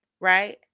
right